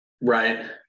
right